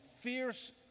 fierce